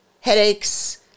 headaches